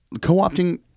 Co-opting